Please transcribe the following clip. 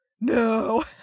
No